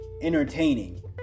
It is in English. entertaining